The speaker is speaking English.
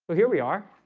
but here we are